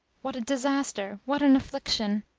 what a disaster! what an affliction!